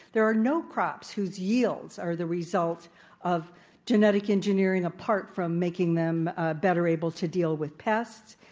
there are no crops whose yields are the result of genetic engineering apart from making them ah better able to deal with pests.